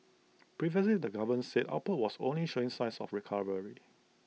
previously the government said output was only showing signs of A recovery